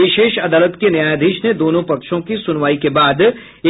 विशेष अदालत के न्यायाधीश ने दोनों पक्षों की सुनवाई के बाद